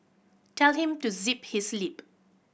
tell him to zip his lip